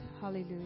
Hallelujah